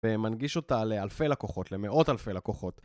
ומנגיש אותה לאלפי לקוחות, למאות אלפי לקוחות.